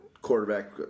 Quarterback